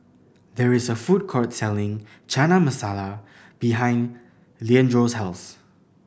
there is a food court selling Chana Masala behind Leandro's house